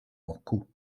moscú